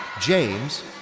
James